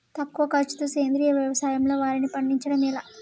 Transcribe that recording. తక్కువ ఖర్చుతో సేంద్రీయ వ్యవసాయంలో వారిని పండించడం ఎలా?